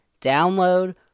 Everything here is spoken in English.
download